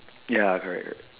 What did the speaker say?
ya correct correct